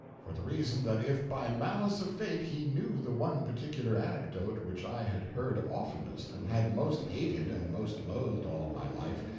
for the reason that if by malice of fate he knew the one particular anecdote which i had heard oftenest and had most hated and most loathed all my life,